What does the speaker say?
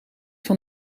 van